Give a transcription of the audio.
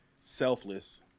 selfless